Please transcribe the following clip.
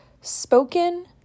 spoken